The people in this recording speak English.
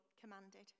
commanded